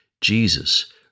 Jesus